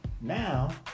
now